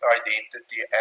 identity